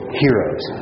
heroes